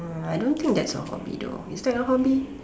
I don't think that's a hobby though is that a hobby